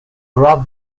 rob